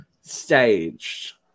staged